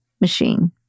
machine